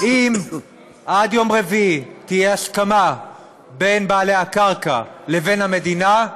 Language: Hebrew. אם עד יום רביעי תהיה הסכמה בין בעלי הקרקע לבין המדינה,